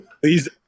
Please